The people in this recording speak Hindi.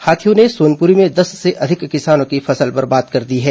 हाथियों ने सोनपुरी में दस से अधिक किसानों की फसल बर्बाद कर दी है